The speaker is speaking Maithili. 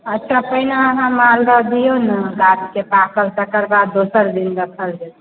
अच्छा पहिने अहाँ मालदह दिऔने गाछके पाकल तकर बाद दोसर दिन देखल जेतै